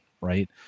right